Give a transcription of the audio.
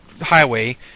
highway